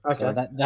Okay